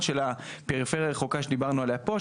של הפריפריה הרחוקה שדיברנו עליה פה,